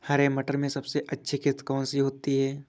हरे मटर में सबसे अच्छी किश्त कौन सी होती है?